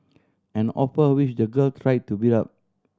an offer which the girl try to beat up